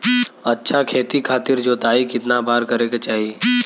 अच्छा खेती खातिर जोताई कितना बार करे के चाही?